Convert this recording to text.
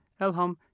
Elham